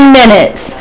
minutes